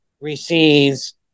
receives